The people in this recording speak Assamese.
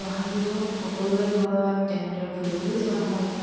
বহাগ বিহুত সকলোৰে ঘৰত তেনেদৰে ফুৰিবলৈও যোৱা হয়